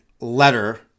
letter